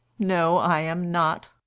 no! i am not.